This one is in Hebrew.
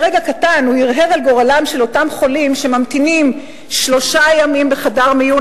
לרגע קטן הוא הרהר על גורלם של אותם חולים שממתינים שלושה ימים בחדר מיון